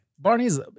Barney's